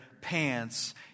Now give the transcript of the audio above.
pants